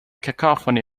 cacophony